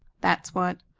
that's what.